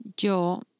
Yo